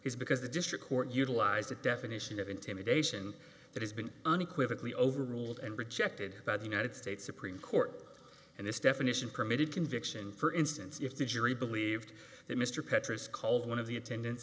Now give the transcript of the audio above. is because the district court utilized the definition of intimidation that has been unequivocally overruled and rejected by the united states supreme court and this definition permitted conviction for instance if the jury believed that mr petras called one of the attendan